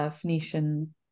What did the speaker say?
Phoenician